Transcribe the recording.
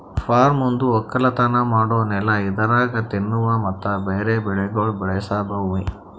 form ಒಂದು ಒಕ್ಕಲತನ ಮಾಡೋ ನೆಲ ಇದರಾಗ್ ತಿನ್ನುವ ಮತ್ತ ಬೇರೆ ಬೆಳಿಗೊಳ್ ಬೆಳಸ ಭೂಮಿ